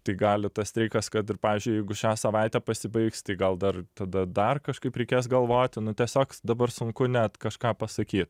tai gali tas streikas kad ir pavyzdžiui jeigu šią savaitę pasibaigs tai gal dar tada dar kažkaip reikės galvoti nu tiesiog dabar sunku net kažką pasakyt